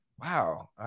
Wow